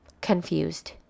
confused